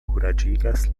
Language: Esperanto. kuraĝigas